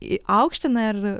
į aukština ir